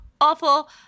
awful